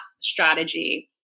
strategy